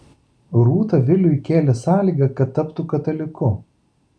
rūta viliui kėlė sąlygą kad taptų kataliku